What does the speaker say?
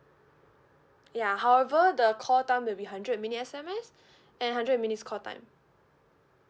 ya however the call time will be hundred minutes S_M_S and hundred minutes call time